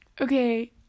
Okay